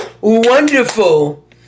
wonderful